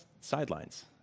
sidelines